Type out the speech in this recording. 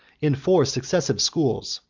in four successive schools,